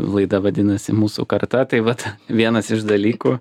laida vadinasi mūsų karta tai vat vienas iš dalykų